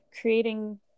creating